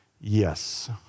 Yes